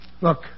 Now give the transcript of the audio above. Look